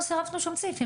לא צירפנו שום סעיפים,